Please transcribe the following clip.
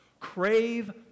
Crave